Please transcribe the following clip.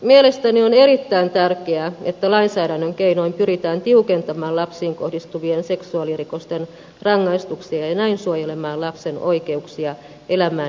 mielestäni on erittäin tärkeää että lainsäädännön keinoin pyritään tiukentamaan lapsiin kohdistuvien seksuaalirikosten rangaistuksia ja näin suojelemaan lasten oikeuksia elämään ja kehittymiseen